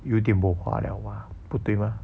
有点 bo hua liao mah 不对吗